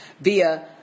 via